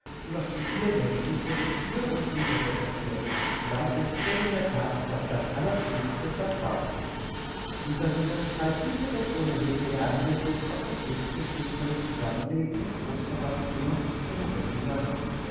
und auf den bierbänken wurde für und wider debattiert die lamprechts wurden in der that auf das allerschönste zerzaust dieser widerstreit blieb jedoch ohne jedwede einwirkung auf das jetzige friedvolle zusammenleben in großpapas zimmer dem roten salon